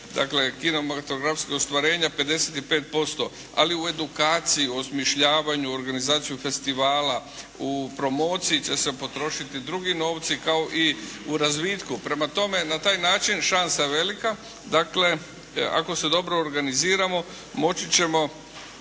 dakle kinematografsko ostvarenje 55% ali u edukaciji, osmišljavanju, organizaciji festivala, u promociji će se potrošiti drugi novci kao i u razvitku. Prema tome na taj način šansa je velika, dakle ako se dobro organiziramo moći ćemo